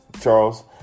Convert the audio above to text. Charles